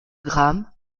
gram